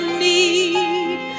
need